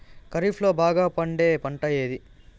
ఖరీఫ్ లో బాగా పండే పంట ఏది?